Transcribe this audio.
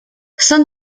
son